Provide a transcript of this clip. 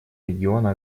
региона